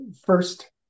first